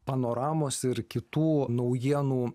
panoramos ir kitų naujienų